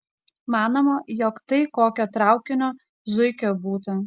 manoma jog tai kokio traukinio zuikio būta